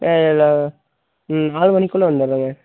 நான் நாலு மணிக்குள்ளே வந்துவிட்றேங்க